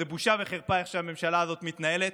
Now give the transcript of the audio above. זו בושה וחרפה איך שהממשלה הזאת מתנהלת.